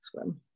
swim